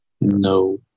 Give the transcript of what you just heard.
No